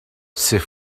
c’est